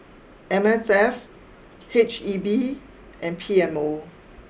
M S F H E B and P M O